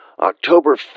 October